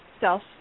self